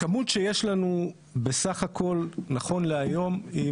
הכמות שיש לנו בסך הכול נכון להיום היא